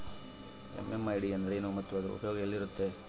MMID ಎಂದರೇನು ಮತ್ತು ಅದರ ಉಪಯೋಗ ಎಲ್ಲಿರುತ್ತೆ?